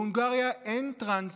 בהונגריה אין טרנסים.